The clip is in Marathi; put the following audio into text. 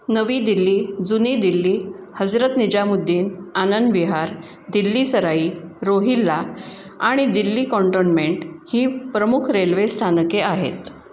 नवी दिल्ली जुनी दिल्ली हजरत निजामुद्दीन आनंद विहार दिल्ली सराई रोहिल्ला आणि दिल्ली कॉन्टोनमेंट ही प्रमुख रेल्वे स्थानके आहेत